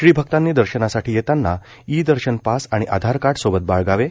श्री अक्तांनी दर्शनासाठी येतांना ई दर्शन पास आणि आधार कार्ड सोबत बाळगावे